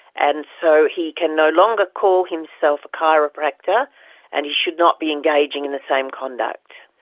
and so he can no longer call himself a chiropractor and he should not be engaging in the same conduct.